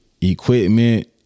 equipment